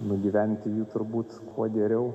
nugyventi jį turbūt kuo geriau